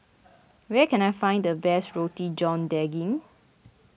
where can I find the best Roti John Daging